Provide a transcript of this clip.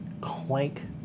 clank